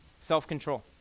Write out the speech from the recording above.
self-control